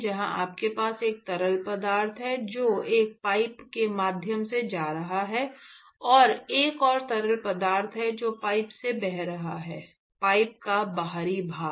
जहां आपके पास एक तरल पदार्थ है जो एक पाइप के माध्यम से जा रहा है और एक और तरल पदार्थ है जो पाइप से बह रहा है पाइप का बाहरी भाग